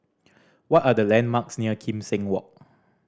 what are the landmarks near Kim Seng Walk